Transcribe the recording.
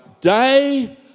day